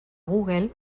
google